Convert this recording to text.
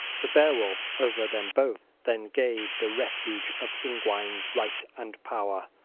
to beowulf over them both then gave the refuge-of-ingwines right and power,